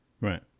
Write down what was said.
Right